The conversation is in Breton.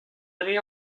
dre